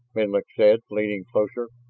menlik said, leaning closer,